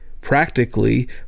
practically